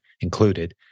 included